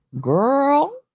Girl